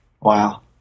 Wow